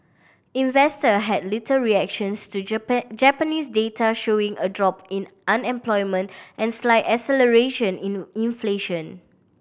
investor had little reactions to Japan Japanese data showing a drop in unemployment and slight acceleration in inflation